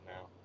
now